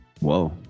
Whoa